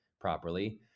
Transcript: properly